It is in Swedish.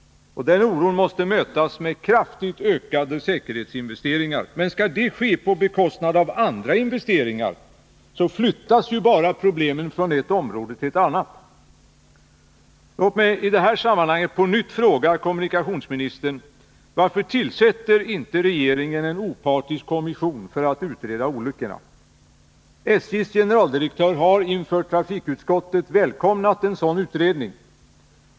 Den oron måste mötas med kraftigt ökade säkerhetsinvesteringar. Men om det skall ske på bekostnad av andra investeringar flyttas ju bara problemen från ett område till ett annat. Låt mig i det här sammanhanget på nytt fråga kommunikationsministern: Varför tillsätter inte regeringen en opartisk kommission för att utreda olyckorna? SJ:s generaldirektör har inför trafikutskottet välkomnat en sådan utredning.